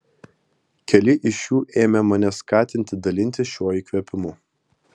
keli iš jų ėmė mane skatinti dalintis šiuo įkvėpimu